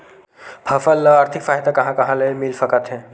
समस्या ल आर्थिक सहायता कहां कहा ले मिल सकथे?